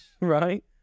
Right